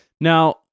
Now